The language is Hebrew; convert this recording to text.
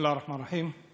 בסם אללה א-רחמאן א-רחים.